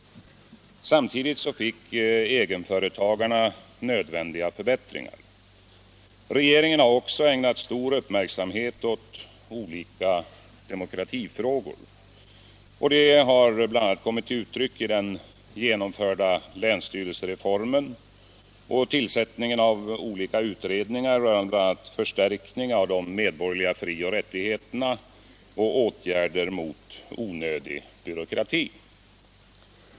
Samtidigt fick egenföretagarna nödvändiga förbättringar. Regeringen har också ägnat stor uppmärksamhet åt olika demokratifrågor. Det har t.ex. kommit till uttryck i den genomförda länsstyrelsereformen och tillsättningen av olika utredningar rörande bl.a. förstärkning av de medborgerliga fri och rättigheterna och åtgärder mot onödig byråkrati.